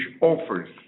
offers